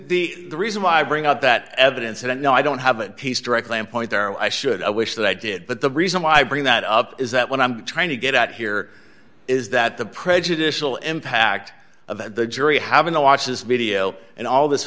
with the reason why i bring up that evidence and no i don't have a piece directly and point there i should i wish that i did but the reason why i bring that up is that what i'm trying to get out here is that the prejudicial impact of the jury having to watch this video and all this